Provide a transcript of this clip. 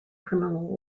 criminal